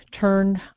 turned